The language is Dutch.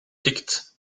tikt